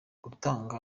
gutanga